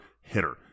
hitter